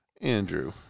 Andrew